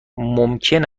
ممکن